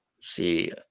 see